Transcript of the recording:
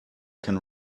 can